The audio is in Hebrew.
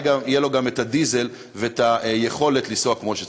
יהיו לו גם את הדיזל ואת היכולת לנסוע כמו שצריך.